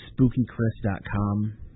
spookychris.com